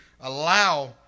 allow